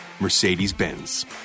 Mercedes-Benz